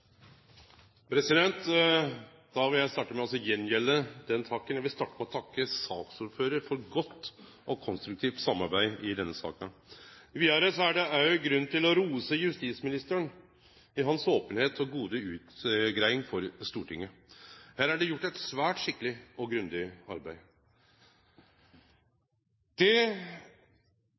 Da vil eg starte med å gjengjelde den takken. Eg vil starte med å takke saksordføraren for eit godt og konstruktivt samarbeid i denne saka. Vidare er det òg grunn til å rose justisministeren for hans openheit og gode utgreiing for Stortinget. Her er det gjort eit svært skikkeleg og grundig